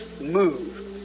move